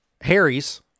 Harry's